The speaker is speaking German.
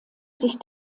sich